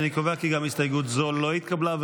אני קובע כי גם הסתייגות זו לא התקבלה.